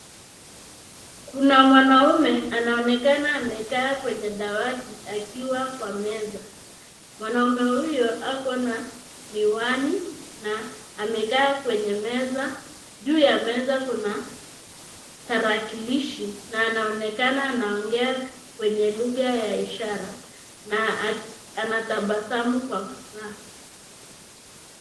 Kuna mwanaume anaonekana amekaa kwenye dawati akiwa kwa meza. Mwanaume huyo ako na miwani na amekaa kwenye meza. Juu ya meza kuna tarakilishi na anaonekana anaongea kwenye lugha ya ishara na anatabasamu kwa furaha.